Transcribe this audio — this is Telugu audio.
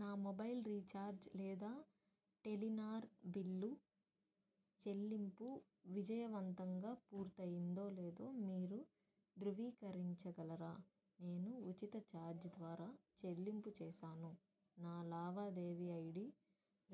నా మొబైల్ రీఛార్జ్ లేదా టెలినార్ బిల్లు చెల్లింపు విజయవంతంగా పూర్తయిందో లేదో మీరు ధృవీకరించగలరా నేను ఉచిత ఛార్జ్ ద్వారా చెల్లింపు చేసాను నా లావాదేవి ఐడి